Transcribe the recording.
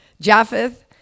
Japheth